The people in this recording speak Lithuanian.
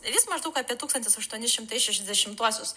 ir jis maždaug apie tūkstantis aštuoni šimtai šešiasdešimtuosius